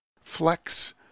Flex